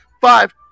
five